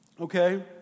okay